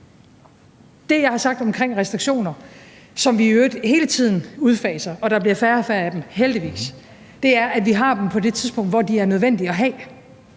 Det, jeg har sagt omkring restriktioner, som vi i øvrigt hele tiden udfaser, og som der heldigvis bliver færre og færre af, er, at vi har dem på det tidspunkt, hvor de er nødvendige at have.